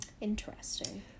Interesting